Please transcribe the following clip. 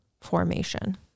formation